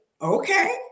okay